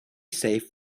safe